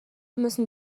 müssen